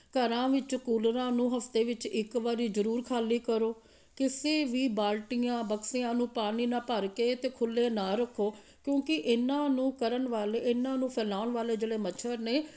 ਘਰਾਂ ਵਿੱਚ ਕੂਲਰਾਂ ਨੂੰ ਹਫਤੇ ਵਿੱਚ ਇੱਕ ਵਾਰੀ ਜ਼ਰੂਰ ਖਾਲੀ ਕਰੋ ਕਿਸੇ ਵੀ ਬਾਲਟੀਆਂ ਬਕਸਿਆਂ ਨੂੰ ਪਾਣੀ ਨਾਲ ਭਰ ਕੇ ਅਤੇ ਖੁੱਲ੍ਹੇ ਨਾ ਰੱਖੋ ਕਿਉਂਕਿ ਇਹਨਾਂ ਨੂੰ ਕਰਨ ਵਾਲੇ ਇਹਨਾਂ ਨੂੰ ਫੈਲਾਉਣ ਵਾਲੇ ਜਿਹੜੇ ਮੱਛਰ ਨੇ